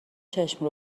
چشم